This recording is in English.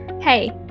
Hey